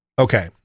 Okay